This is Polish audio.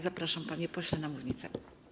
Zapraszam, panie pośle, na mównicę.